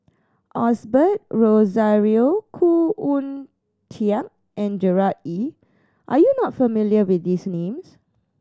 Osbert Rozario Khoo Oon Teik and Gerard Ee Are you not familiar with these names